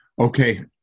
okay